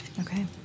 Okay